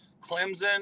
clemson